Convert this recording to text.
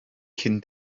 cyn